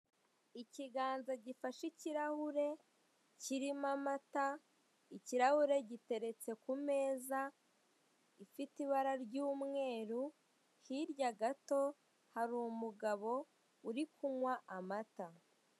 Ikiganza gifahe ikirahure kirimo amata, ikirahure giteretse ku meza ifite ibara ry'umweru hirya gato hari umugabo uri kunywa amata.